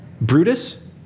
Brutus